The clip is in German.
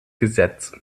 gesetz